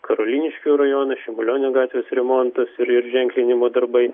karoliniškių rajono šimulionių gatvės remontas ir ir ženklinimo darbai